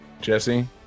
Jesse